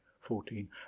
fourteen